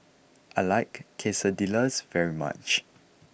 I like Quesadillas very much